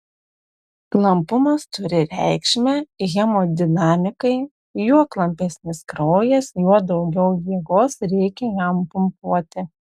klampumas turi reikšmę hemodinamikai juo klampesnis kraujas juo daugiau jėgos reikia jam pumpuoti